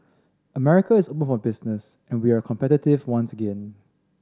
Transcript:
America is open for business and we are competitive once again